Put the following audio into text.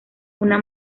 una